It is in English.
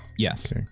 Yes